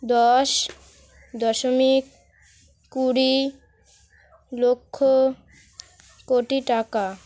দশ দশমিক কুড়ি লক্ষ কোটি টাকা